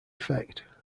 effect